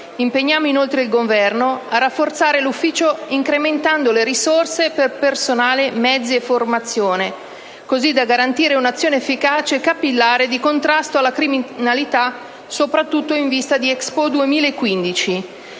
di Malpensa e a rafforzare l'ufficio, incrementando le risorse per personale, mezzi e formazione, così da garantire un'azione efficace e capillare di contrasto alla criminalità, soprattutto in vista di Expo 2015.